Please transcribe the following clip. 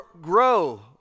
grow